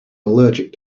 allergic